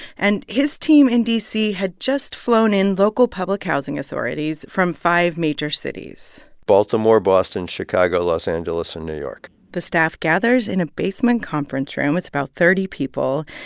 and his team in d c. had just flown in local public housing authorities from five major cities baltimore, boston, chicago, los angeles and new york the staff gathers in a basement conference room with about thirty people.